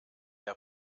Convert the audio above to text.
der